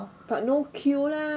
but no queue lah